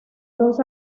dos